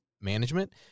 management